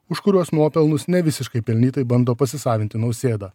už kuriuos nuopelnus ne visiškai pelnytai bando pasisavinti nausėda